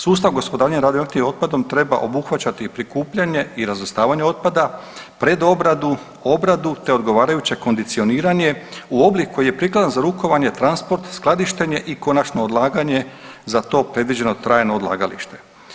Sustav gospodarenja radioaktivnom otpadom treba obuhvaćati prikupljanje i razvrstavanje otpada, pred obradu, obradu, te odgovarajuće kondicioniranje u oblik koji je prikladan za rukovanje, transport, skladištenje i konačno odlaganje za to predviđeno trajno odlagalište.